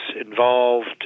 involved